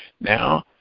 Now